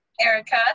erica